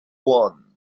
one